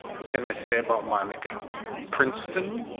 what can i say about monica princeton,